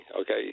Okay